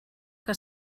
que